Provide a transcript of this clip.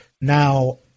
Now